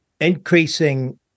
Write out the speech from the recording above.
increasing